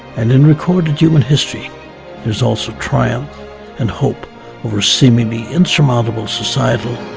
and in recorded human history there is also triumph and hope over seemingly insurmountable societal,